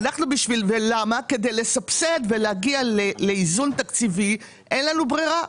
כדי לסבסד ולהגיע לאיזון תקציבי, אין לנו ברירה.